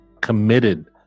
committed